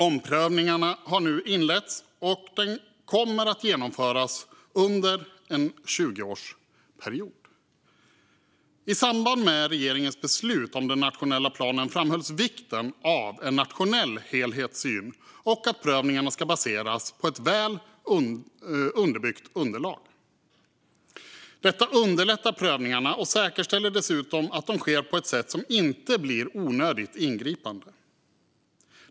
Omprövningarna har nu inletts, och de kommer att genomföras under en 20-årsperiod. I samband med regeringens beslut om den nationella planen framhölls vikten av en nationell helhetssyn samt att prövningarna ska baseras på ett väl underbyggt underlag. Detta underlättar prövningarna och säkerställer dessutom att de sker på ett sätt som inte blir onödigt ingripande.